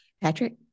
Patrick